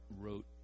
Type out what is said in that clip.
wrote